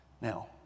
Now